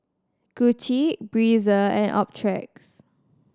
Gucci Breezer and Optrex